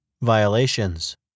Violations